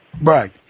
right